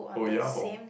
oh ya hor